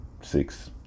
six